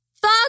Fuck